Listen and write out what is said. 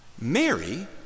Mary